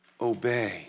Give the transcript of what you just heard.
obey